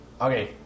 Okay